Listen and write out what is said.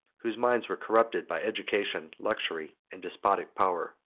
whose minds were corrupted by education, luxury, and despotic power.